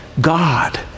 God